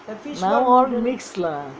now all mixed lah